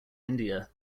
india